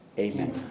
amen.